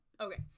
Okay